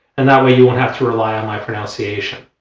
and that way you won't have to rely on my pronunciation